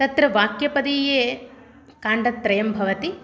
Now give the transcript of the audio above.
तत्र वाक्यपदीये काण्डत्रयं भवति